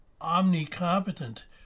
omni-competent